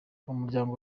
muryango